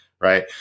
right